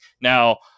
Now